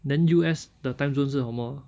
then U_S 的 timezone 是什么